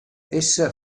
essa